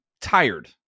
tired